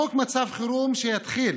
חוק מצב חירום שיתחיל